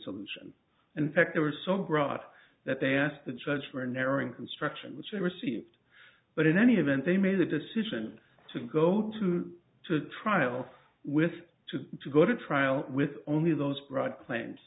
solution in fact there were so grotty that they asked the judge for an airing construction which they received but in any event they made the decision to go to trial with two to go to trial with only those brought claims